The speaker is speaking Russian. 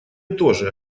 тоже